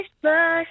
Christmas